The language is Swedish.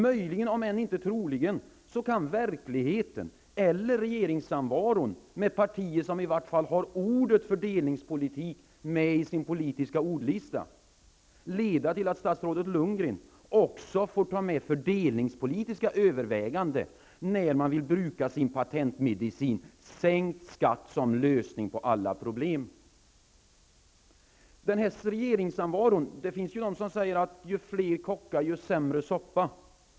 Möjligen, om än inte troligen, kan verkligheten eller regeringssamvaron med partier som i varje fall har ordet fördelningspolitik med i sin politiska ordlista leda till att statsrådet Lundgren också får ta med fördelningspolitiska överväganden, när man vill bruka sin patentmedicin sänkt skatt som lösning på alla problem. Beträffande regeringssamvaron kan man tänka på att somliga säger ''ju fler kockar desto sämre soppa''.